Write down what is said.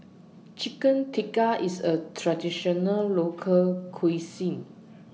Chicken Tikka IS A Traditional Local Cuisine